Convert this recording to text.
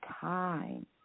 time